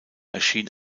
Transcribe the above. erschien